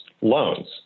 loans